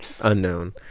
unknown